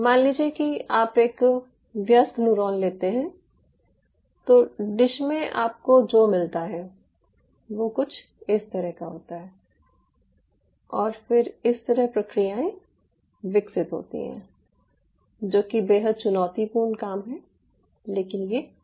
मान लीजिये कि आप एक वयस्क न्यूरॉन लेते है तो डिश में आपको जो मिलता है वो कुछ इस तरह से होता है और फिर इस तरह प्रक्रियायें विकसित होती हैं जो कि बेहद चुनौतीपूर्ण काम है लेकिन ये होता है